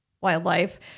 wildlife